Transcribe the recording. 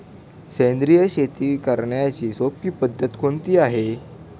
सेंद्रिय शेती करण्याची सोपी पद्धत कोणती आहे का?